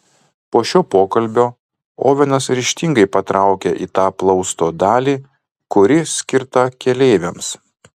po šio pokalbio ovenas ryžtingai patraukė į tą plausto dalį kuri skirta keleiviams